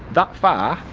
that far.